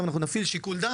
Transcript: אנחנו נפעיל שיקול.